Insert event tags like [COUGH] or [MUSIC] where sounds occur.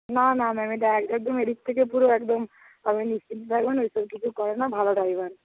না না ma'am [UNINTELLIGIBLE] driver একদম এদিক থেকে পুরো একদম আপনি নিশ্চিন্ত থাকবেন ওইসব কিছু করে না ভালো ড্রাইভার